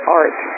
art